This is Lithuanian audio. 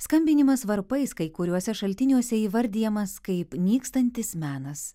skambinimas varpais kai kuriuose šaltiniuose įvardijamas kaip nykstantis menas